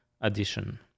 addition